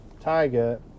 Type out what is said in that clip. Tiger